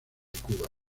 cuba